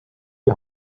die